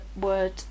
word